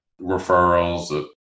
referrals